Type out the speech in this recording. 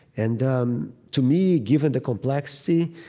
and um to me, given the complexity,